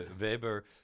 Weber